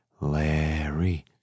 Larry